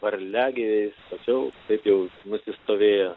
varliagyviais tačiau taip jau nusistovėję